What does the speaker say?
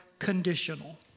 conditional